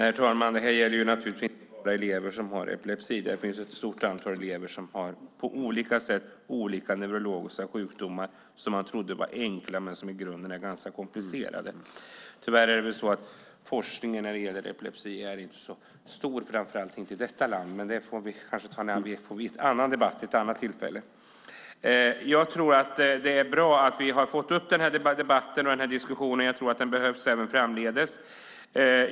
Herr talman! Det här gäller naturligtvis inte bara elever som har epilepsi. Det finns ett stort antal elever som på olika sätt har neurologiska sjukdomar som man trodde var enkla men som i grunden är ganska komplicerade. Tyvärr är inte forskningen om epilepsi så stor, framför allt inte i detta land. Men det får vi kanske ta en annan debatt om vid ett annat tillfälle. Jag tror att det är bra att vi har fått upp den här debatten och diskussionen. Jag tror att den behövs även framdeles.